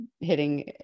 hitting